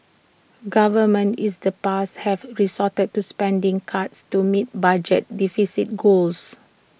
governments is the past have resorted to spending cuts to meet budget deficit goals